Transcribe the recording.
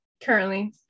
Currently